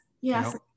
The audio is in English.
yes